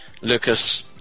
Lucas